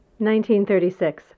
1936